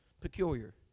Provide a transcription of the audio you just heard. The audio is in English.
peculiar